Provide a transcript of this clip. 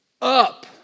up